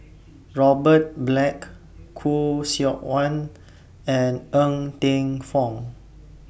Robert Black Khoo Seok Wan and Ng Teng Fong